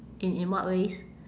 in in what ways